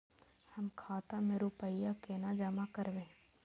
हम खाता में रूपया केना जमा करबे?